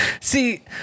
See